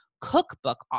cookbook